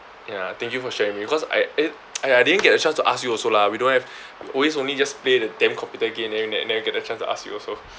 ya thank you for sharing with me cause I eh !aiya! I didn't get a chance to ask you also lah we don't have we always only just play the damn computer game n~ never never get a chance to ask you also